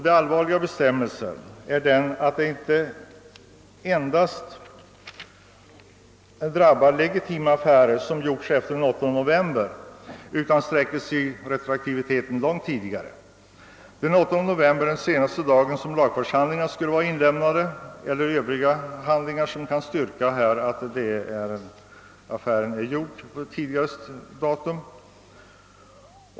Det allvarliga i bestämmelsen är alltså att den inte endast drabbar legitima affärer som gjorts efter den 8 november, utan genom att bestämmelsen föreslås bli retroaktiv kommer den även att drabba legitima affärer som gjorts långt tidigare. Den 8 november är senaste dagen för inlämnande av lagfartshandlingar eller andra handlingar som kan styrka att affären gjorts ett tidigare datum.